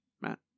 Matt